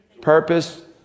purpose